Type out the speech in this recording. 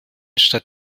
statt